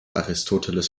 aristoteles